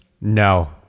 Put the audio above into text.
no